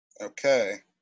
Okay